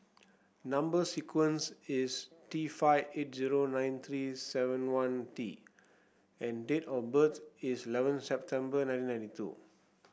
number sequence is T five eight zero nine three seven one T and date of birth is eleven September nineteen ninety two